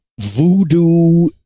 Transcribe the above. voodoo